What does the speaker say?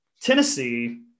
Tennessee